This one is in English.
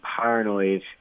Paranoid